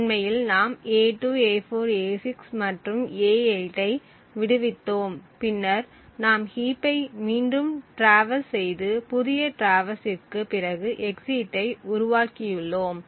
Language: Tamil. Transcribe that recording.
உண்மையில் நாம் a2 a4 a6 மற்றும் a8 ஐ விடுவித்தோம் பின்னர் நாம் ஹீப்பை மீண்டும் டிராவர்ஸ் செய்து புதிய டிராவர்சிற்க்கு பிறகு எக்ஸிட்யை உருவாக்கியுள்ளோம்